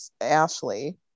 ashley